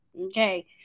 Okay